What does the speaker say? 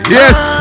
yes